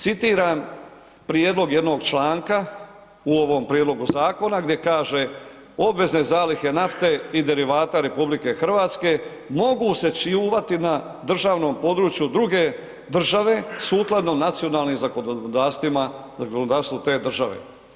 Citiram prijedlog jednog članka u ovom prijedlogu zakona gdje kaže, obvezne zalihe nafte i derivata RH mogu se čuvati na državnom području druge države sukladno nacionalnim zakonodavstvima, zakonodavstvu te države.